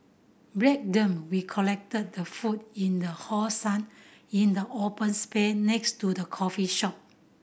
break them we collected the food in the hot sun in the open space next to the coffee shop